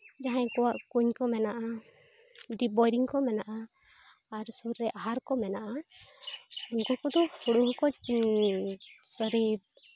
ᱡᱟᱦᱟᱸᱭ ᱠᱚᱣᱟᱜ ᱠᱩᱧ ᱠᱚ ᱢᱮᱱᱟᱜᱼᱟ ᱰᱤᱯ ᱵᱳᱨᱤᱝ ᱠᱚ ᱢᱮᱱᱟᱜᱼᱟ ᱟᱨ ᱥᱩᱨ ᱨᱮ ᱟᱦᱟᱨ ᱠᱚ ᱢᱮᱱᱟᱜᱼᱟ ᱩᱱᱠᱩ ᱠᱚᱫᱚ ᱥᱩᱨ ᱨᱮ ᱩᱱᱠᱩ ᱠᱚᱫᱚ ᱦᱳᱲᱳ ᱦᱚᱸᱠᱚ ᱥᱚᱨᱤᱯ